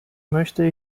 möchte